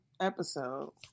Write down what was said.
episode